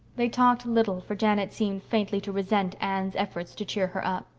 they talked little, for janet seemed faintly to resent anne's efforts to cheer her up.